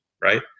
right